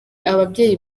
ababyeyi